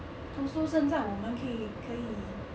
also 现在我们可以可以